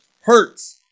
hurts